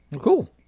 Cool